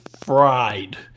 fried